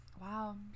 wow